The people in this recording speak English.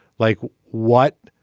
like what